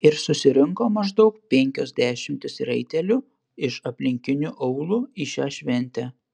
ir susirinko maždaug penkios dešimtys raitelių iš aplinkinių aūlų į šią šventę